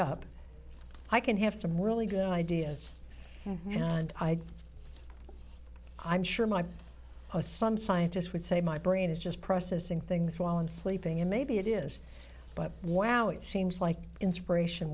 up i can have some really good ideas and i i'm sure my eyes some scientists would say my brain is just processing things while i'm sleeping and maybe it is but wow it seems like inspiration